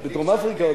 בדרום-אפריקה.